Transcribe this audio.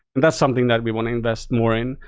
that's something that we want to invest more in.